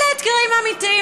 אלה האתגרים האמיתיים,